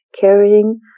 carrying